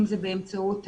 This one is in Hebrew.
אם זה באמצעות הפייסבוק,